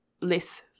less